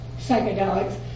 psychedelics